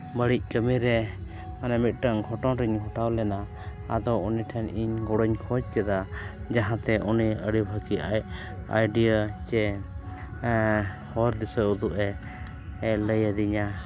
ᱵᱟᱹᱲᱤᱡ ᱠᱟᱹᱢᱤ ᱨᱮ ᱢᱟᱱᱮ ᱢᱤᱫᱴᱟᱹᱱ ᱜᱷᱚᱴᱚᱱ ᱨᱮᱧ ᱜᱷᱚᱴᱟᱣ ᱞᱮᱱᱟ ᱟᱫᱚ ᱩᱱᱤ ᱴᱷᱮᱱ ᱤᱧ ᱜᱚᱲᱚᱧ ᱠᱷᱚᱡᱽ ᱠᱮᱫᱟ ᱡᱟᱦᱟᱸᱛᱮ ᱩᱱᱤ ᱟᱹᱰᱤ ᱵᱷᱟᱹᱜᱤ ᱟᱭᱰᱤᱭᱟ ᱪᱮ ᱦᱚᱨ ᱫᱤᱥᱟᱹ ᱩᱫᱩᱜᱼᱮ ᱞᱟᱹᱭ ᱟᱹ ᱫᱤᱧᱟ